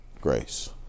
grace